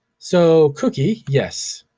so cookie, yes,